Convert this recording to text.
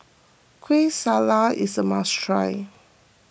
Kueh Salat is a must try